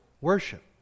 worship